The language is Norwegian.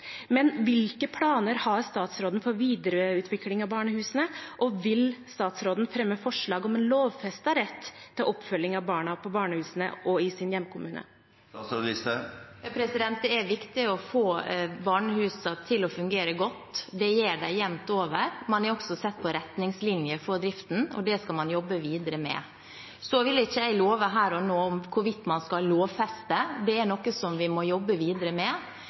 Men hvilke planer har statsråden for videreutvikling av barnehusene, og vil statsråden fremme forslag om en lovfestet rett til oppfølging av barna på barnehusene og i barnas hjemkommune? Det er viktig å få barnehusene til å fungere godt. Det gjør de jevnt over. Man har også sett på retningslinjer for driften, og det skal man jobbe videre med. Så vil ikke jeg love her og nå noe om hvorvidt man skal lovfeste. Det er noe som vi må jobbe videre med,